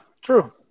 true